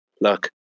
Look